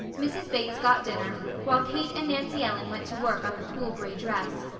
mrs. bates got dinner while kate and nancy ellen went to work on the cool gray dress,